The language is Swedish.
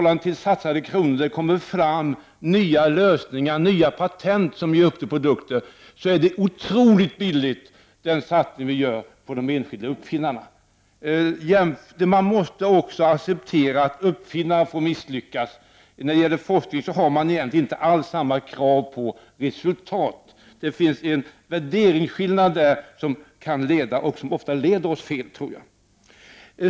Om man något analyserar hur många lösningar och hur många nya patent som blir resultatet i förhållande till satsade kronor så finner man att denna satsning är otroligt billig. Man måste också acceptera att uppfinnare får misslyckas. När det gäller forskningen har man egentligen inte alls samma krav på resultat. Det finns en värderingsskillnad som kan leda och som ofta leder oss fel, tror jag.